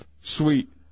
Sweet